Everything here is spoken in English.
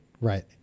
Right